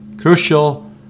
Crucial